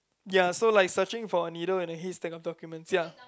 ya so like searching for a needle in a haystack of documents ya